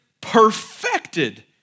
perfected